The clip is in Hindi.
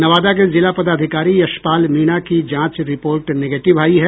नवादा के जिला पदाधिकारी यशपाल मीणा की जांच रिपोर्ट निगेटिव आयी है